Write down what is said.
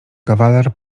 kawaler